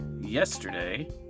yesterday